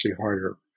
harder